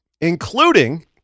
including